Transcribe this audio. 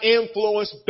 influence